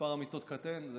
מספר המיטות קטן.